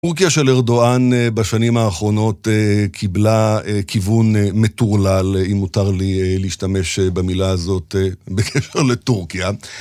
טורקיה של ארדואן בשנים האחרונות קיבלה כיוון מטורלל, אם מותר לי להשתמש במילה הזאת בקשר לטורקיה.